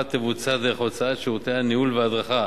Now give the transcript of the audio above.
תבוצע דרך הוצאת שירותי הניהול וההדרכה